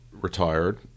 retired